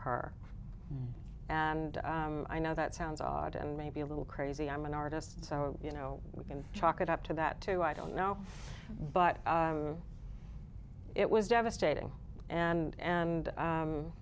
her and i know that sounds odd and maybe a little crazy i'm an artist so you know we can talk it up to that to i don't know but it was devastating and and